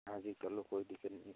हाँ जी कर लो कोई दिक्कत नहीं